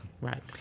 Right